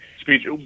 speech